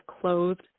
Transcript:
clothed